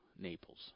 Naples